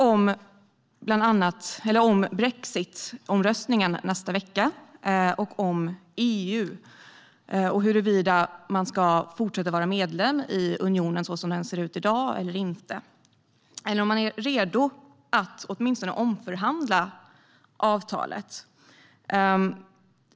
Det handlade om brexitomröstningen i nästa vecka och om EU och huruvida man ska fortsätta vara medlem i unionen så som den ser ut i dag eller inte - eller om man är redo att åtminstone omförhandla avtalet.